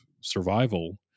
survival